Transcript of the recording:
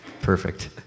Perfect